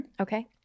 Okay